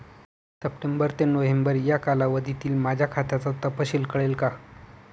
September ते November या कालावधीतील माझ्या खात्याचा तपशील कळेल का?